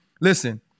listen